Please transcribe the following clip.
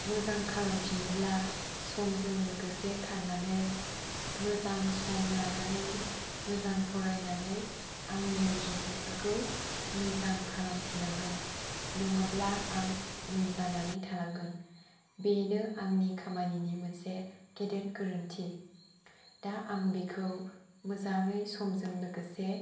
बिखौ मोजां खालामफिननोबा समजों लोगोसे खारनानै मोजां सम लानानै मोजां फरायनानै आंनि रिजाल्ट फोरखौ मोजां खालाम फिननांगोन नङाब्ला आं उन जानानै थालांगोन बेनो आंनि खामानिनि मोनसे गेदेर गोरोन्थि दा आं बिखौ मोजाङै समजों लोगोसे